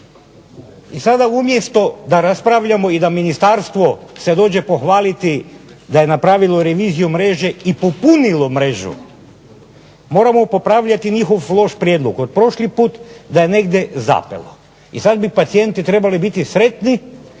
I sada umjesto da raspravljamo i da Ministarstvo se dođe pohvaliti da je napravilo reviziju mreže i popunilo mrežu moramo popravljati njihov loš prijedlog, od prošli puta da je negdje zapelo. I sada bi pacijenti trebali biti sretni